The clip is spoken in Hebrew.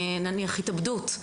נניח התאבדות.